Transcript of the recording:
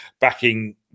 backing